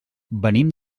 venim